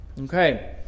Okay